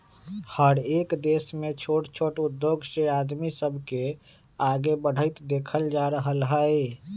हरएक देश में छोट छोट उद्धोग से आदमी सब के आगे बढ़ईत देखल जा रहल हई